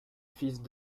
fils